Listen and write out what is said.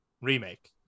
remake